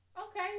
Okay